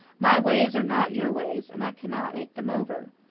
my ways are not your ways and i cannot make them over.